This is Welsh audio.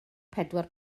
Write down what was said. pedwar